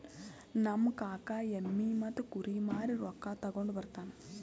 ನಮ್ ಕಾಕಾ ಎಮ್ಮಿ ಮತ್ತ ಕುರಿ ಮಾರಿ ರೊಕ್ಕಾ ತಗೊಂಡ್ ಬರ್ತಾನ್